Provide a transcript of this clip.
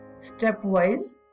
stepwise